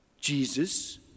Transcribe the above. Jesus